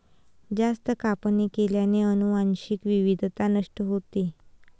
जास्त कापणी केल्याने अनुवांशिक विविधता नष्ट होते